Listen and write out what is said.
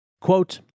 Quote